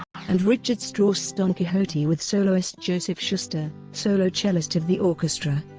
and richard strauss's don quixote with soloist joseph schuster, solo cellist of the orchestra.